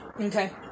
Okay